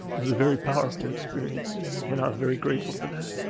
very powerful experience, and i'm very grateful for that